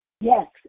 yes